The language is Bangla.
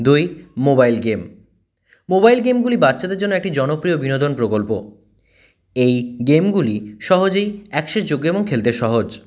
দুই মোবাইল গেম মোবাইল গেমগুলি বাচ্চাদের জন্য একটি জনপ্রিয় বিনোদন প্রকল্প এই গেমগুলি সহজেই অ্যাকসেস যোগ্য এবং খেলতে সহজ